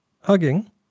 hugging